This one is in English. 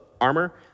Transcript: armor